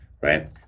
right